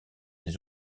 des